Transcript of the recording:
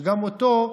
שגם אותו,